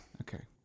Okay